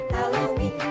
Halloween